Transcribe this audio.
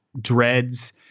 dreads